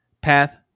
path